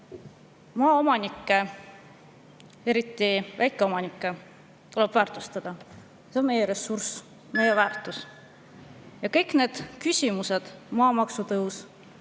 Maaomanikke, eriti väikeomanikke, tuleb väärtustada. See on meie ressurss, väärtus. Ja kõik need küsimused: maamaksu tõus,